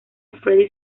freddie